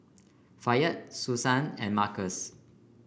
Fayette Susann and Markus